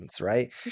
right